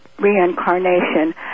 reincarnation